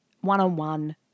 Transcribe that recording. one-on-one